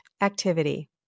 activity